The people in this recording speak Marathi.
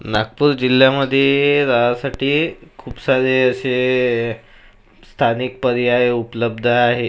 नागपूर जिल्ह्यामध्ये राहासाठी खूप सारे असे स्थानिक पर्याय उपलब्ध आहे